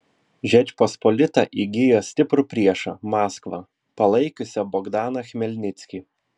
žečpospolita įgijo stiprų priešą maskvą palaikiusią bogdaną chmelnickį